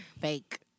fake